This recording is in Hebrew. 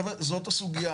חבר'ה, זאת הסוגיה.